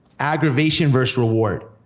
aggravation versus reward.